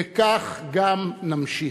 וכך גם נמשיך.